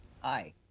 Hi